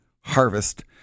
harvest